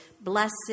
blessed